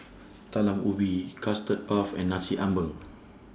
Talam Ubi Custard Puff and Nasi Ambeng